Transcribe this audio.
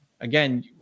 Again